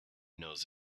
knows